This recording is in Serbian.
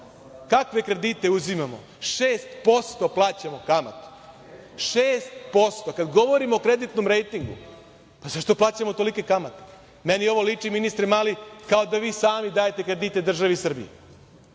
kakve kredite uzimamo, 6% plaćamo kamatu. Kada govorimo o kreditnom rejtingu, pa zašto plaćamo tolike kamate? Meni ovo liči, ministre Mali, kao da vi sami dajete kredite državi Srbiji.